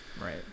Right